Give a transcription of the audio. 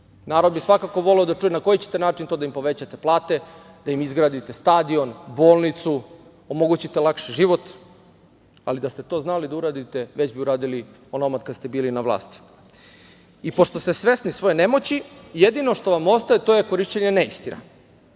bi svakako voleo da čuje na koji ćete način da im povećate plate, da im izgradite stadion, bolnicu, omogućite lakši život, ali da ste to znali da uradite, već bi uradili onomad kad ste bili na vlasti. Pošto ste svesni svoje nemoći, jedino što vam ostaje to je korišćenje neistina,